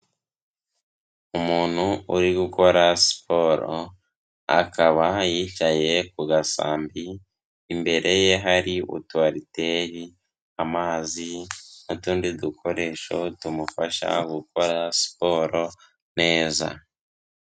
Umuntu uri gukora siporo akabaha yicaye ku gasambi, imbere ye hari utu ariteri, amazi n'utundi dukoresho tumufasha gukora siporo neza.